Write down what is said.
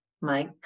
Mike